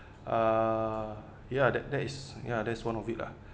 ah ya that that is ya that is one of it lah